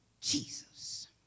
Jesus